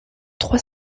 trois